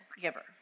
giver